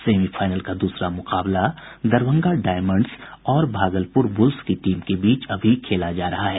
semifinal का दूसरा मुकाबला दरभंगा डायमंड्स और भागलपुर बुल्स की टीम के बीच अभी खेला जा रहा है